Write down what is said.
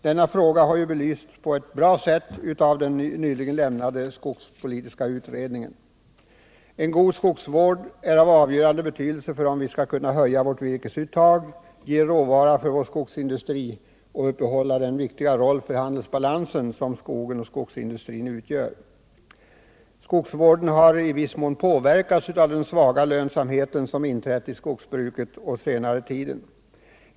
Denna fråga har ju belysts på ett bra sätt av den nyligen avlämnade skogsutredningen. God skogsvård är av avgörande betydelse för om vi skall kunna öka vårt virkesuttag, ge råvara för vår skogsindustri och uppehålla den viktiga roll för vår handelsbalans som skogen och skogsindustrin utgör. Skogsvården har i viss mån påverkats av den svaga lönsamhet som inträtt i skogsbruket under den senaste tiden.